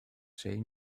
say